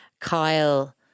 Kyle